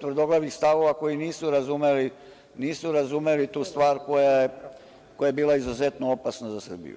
tvrdoglavih stavova koji nisu razumeli tu stvar, koja je bila izuzetno opasna za Srbiju.